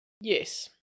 Yes